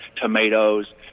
Tomatoes